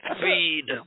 Feed